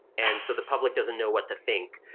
and so the public doesn't know what to think.